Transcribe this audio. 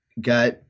got